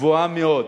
גבוהה מאוד.